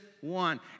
one